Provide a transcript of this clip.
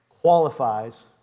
qualifies